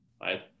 right